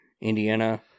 Indiana